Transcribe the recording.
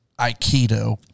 Aikido